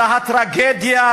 זו הטרגדיה